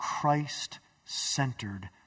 Christ-centered